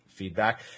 feedback